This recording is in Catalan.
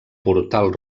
portal